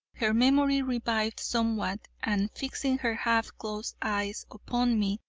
her memory revived somewhat, and, fixing her half-closed eyes upon me,